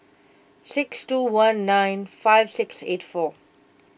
six two one nine five six eight four